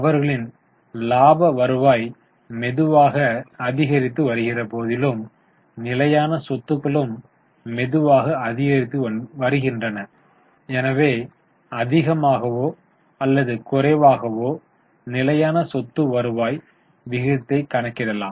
அவர்களின் இலாபம் வருவாய் மெதுவாக அதிகரித்து வருகின்ற போதிலும் நிலையான சொத்துகளும் மெதுவாக அதிகரித்து வருகின்றன எனவே அதிகமாகவோ அல்லது குறைவாகவோ நிலையான சொத்து வருவாய் விகிதத்தை கணக்கிடலாம்